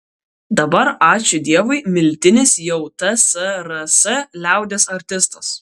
dabar ačiū dievui miltinis jau tsrs liaudies artistas